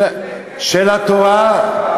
של התורה.